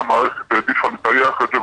והמערכת העדיפה לטייח את זה,